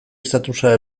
estatusa